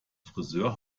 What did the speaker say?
frisör